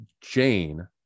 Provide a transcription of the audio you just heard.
Jane